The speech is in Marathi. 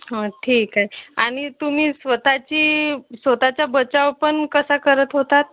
हं ठीक आहे आणि तुम्ही स्वत ची स्वतःचा बचाव पण कसा करत होतात